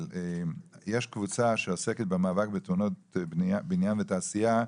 יש קבוצה שעוסקת במאבק בתאונות בניין ותעשייה,